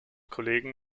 kollegen